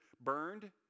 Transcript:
burned